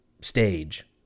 stage